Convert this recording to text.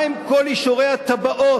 מה עם כל אישורי התב"עות,